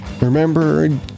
Remember